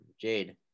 Jade